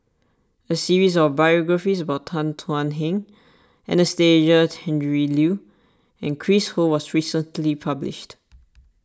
a series of biographies about Tan Thuan Heng Anastasia Tjendri Liew and Chris Ho was recently published